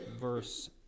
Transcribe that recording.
verse